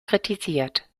kritisiert